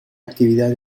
actividad